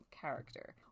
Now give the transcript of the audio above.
character